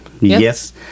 yes